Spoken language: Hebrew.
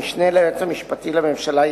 המשנה ליועץ המשפטי לממשלה,